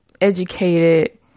educated